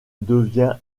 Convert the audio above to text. devient